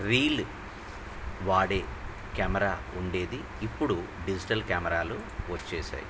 reel వాడే camera ఉండేది ఇప్పుడు డిజిటల్ కెమెరాలు వచ్చాయి